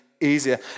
easier